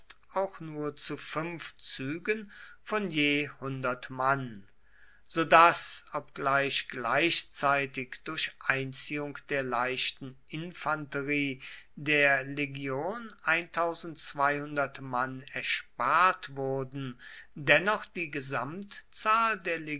auch nur zu fünf zügen von je mann so daß obgleich gleichzeitig durch einziehung der leichten infanterie der legion mann erspart wurden dennoch die gesamtzahl der